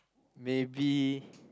maybe